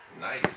Nice